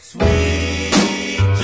Sweet